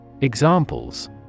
Examples